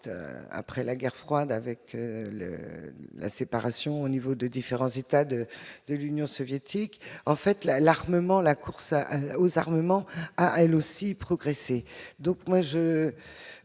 après la guerre froide avec le la séparation au niveau de différents États de de l'Union soviétique, en fait, la l'armement, la course à aux armements a elle aussi progressé,